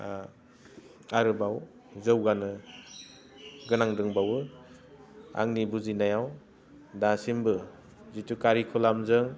आरोबाव जौगानो गोनां दंबावो आंनि बुजिनायाव दासिमबो जिथु कारिकुलामजों